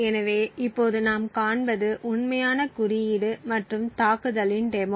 எனவே இப்போது நாம் காண்பது உண்மையான குறியீடு மற்றும் தாக்குதலின் டெமோ